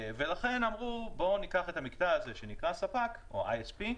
לכן אמרו שניקח את המקטע הזה שנקרא ספק או ISP,